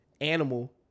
animal